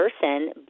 person